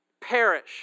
perish